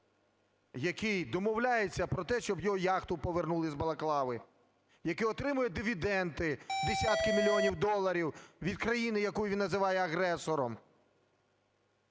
який домовляється про те, щоб його яхту повернули з Балаклави, який отримує дивіденди - десятки мільйонів доларів від країни, яку він називає агресором;